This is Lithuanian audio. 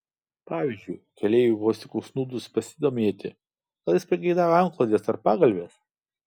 pavyzdžiui keleiviui vos tik užsnūdus pasidomėti gal jis pageidauja antklodės ir pagalvės